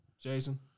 Jason